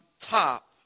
top